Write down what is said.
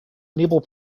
enable